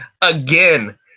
Again